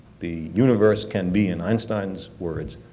the universe can be, in einstein's words,